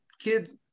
kids